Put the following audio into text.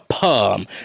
perm